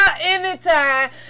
anytime